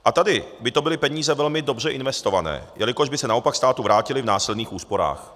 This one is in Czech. A tady by to byly peníze velmi dobře investované, jelikož by se naopak státu vrátily v následných úsporách.